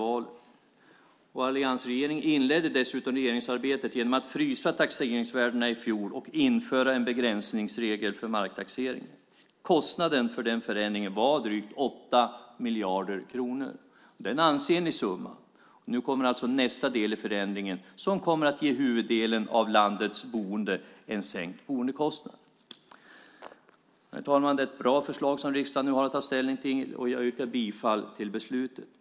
Alliansregeringen inledde dessutom regeringsarbetet med att frysa taxeringsvärdena i fjol och införa en begränsningsregel för marktaxering. Kostnaden för den förändringen var drygt 8 miljarder kronor. Det är en ansenlig summa. Nu kommer alltså nästa del i förändringen som kommer att ge huvuddelen av landets boende en sänkt boendekostnad. Herr talman! Det är ett bra förslag som riksdagen nu har att ta ställning till, och jag yrkar bifall till förslaget.